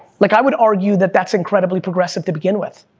like, i would argue that that's incredibly progressive to begin with.